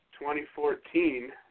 2014